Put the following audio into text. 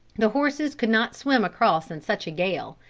the horses could not swim across in such a gale,